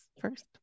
first